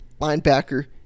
linebacker